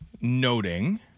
noting